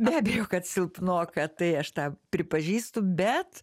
be abejo kad silpnoka tai aš tą pripažįstu bet